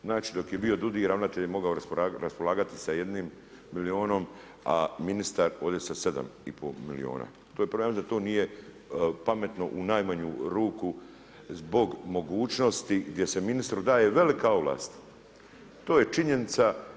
Znači dok je bio DUDDI, ravnatelj je mogao raspolagati sa jednim milijunom, a ministar ovdje sa 7,5 milijuna. … ja mislim da to nije pametno u najmanju ruku zbog mogućnosti gdje se ministru daje velika ovlast, to je činjenica.